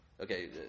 Okay